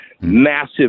massive